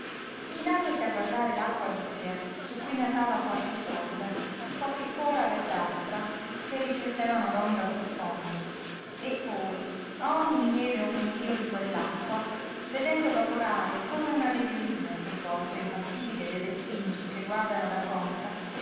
conca chinandosi a guardare l'acqua vitrea su cui natava qualche foglia qualche cuora verdastra che riflettevano l'ombra sul fondo e poi a ogni lieve ondulío di quell'acqua vedendo vaporare come una nebbiolina sul volto impassibile delle sfingi che guardano la conca